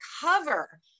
cover